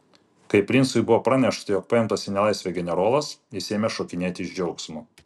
kai princui buvo pranešta jog paimtas į nelaisvę generolas jis ėmė šokinėti iš džiaugsmo